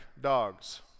dogs